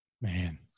Man